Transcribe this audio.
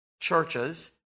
churches